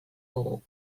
dugu